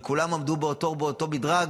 וכולם עמדו באותו מדרג.